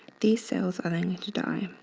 these cells are going ah to die.